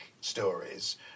stories